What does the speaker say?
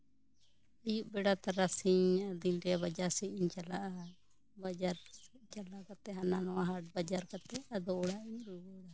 ᱟᱭᱩᱵ ᱵᱮᱲᱟ ᱛᱟᱨᱟᱥᱤᱧ ᱟᱫᱚᱧ ᱞᱟᱹᱭᱟ ᱵᱟᱡᱟᱨ ᱥᱮᱜ ᱤᱧ ᱪᱟᱞᱟᱜᱼᱟ ᱵᱟᱡᱟᱨ ᱥᱮᱜ ᱪᱟᱞᱟᱣ ᱠᱟᱛᱮᱜ ᱦᱟᱱᱟ ᱱᱚᱣᱟ ᱦᱟᱴ ᱵᱟᱡᱟᱨ ᱠᱟᱛᱮᱜ ᱟᱫᱚ ᱚᱲᱟᱜ ᱤᱧ ᱨᱩᱣᱟᱹᱲᱟ